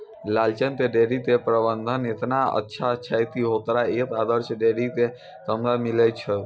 लालचन के डेयरी के प्रबंधन एतना अच्छा छै कि होकरा एक आदर्श डेयरी के तमगा मिललो छै